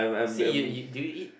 see you do you eat